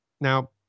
Now